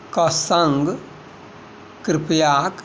कऽ सङ्ग कृपयाक